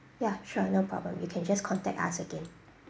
ya sure no problem you can just contact us again